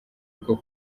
rwo